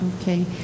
okay